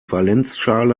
valenzschale